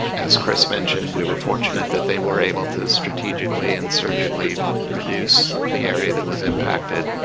as chris mentioned we were fortunate that they were able to strategically and surgically reduce the area that was impacted